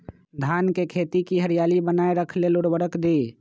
धान के खेती की हरियाली बनाय रख लेल उवर्रक दी?